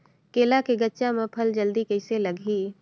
केला के गचा मां फल जल्दी कइसे लगही?